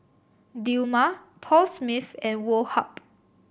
Dilmah Paul Smith and Woh Hup